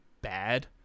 bad